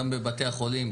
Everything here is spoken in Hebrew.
גם בבתי החולים,